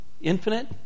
infinite